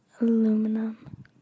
aluminum